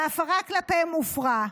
וההבטחה כלפיהם הופרה.